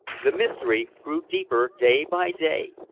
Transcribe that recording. the mystery grew deeper day by day,